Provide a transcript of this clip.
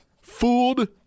fooled